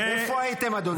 איפה הייתם, אדוני?